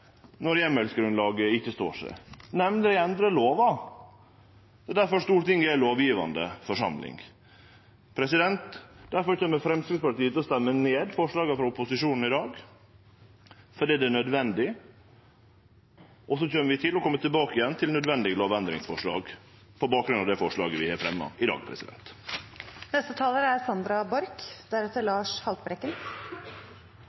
når heimelsgrunnlaget ikkje står seg, nemleg å endre lova. Det er difor Stortinget er lovgjevande forsamling. Framstegspartiet kjem til å røyste ned forslaga frå opposisjonen i dag fordi det er nødvendig, og så kjem vi tilbake igjen til nødvendige lovendringsforslag på bakgrunn av det forslaget vi har fremja i dag. Vi har en rovdyrpolitikk i dette landet som er